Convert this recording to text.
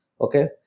Okay